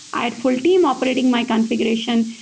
i had full team operating my configuration.